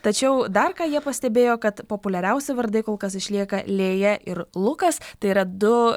tačiau dar ką jie pastebėjo kad populiariausi vardai kol kas išlieka lėja ir lukas tai yra du